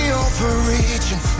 overreaching